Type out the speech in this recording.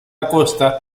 acosta